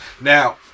Now